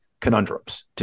conundrums